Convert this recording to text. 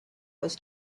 was